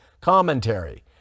commentary